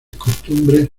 costumbres